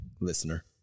listener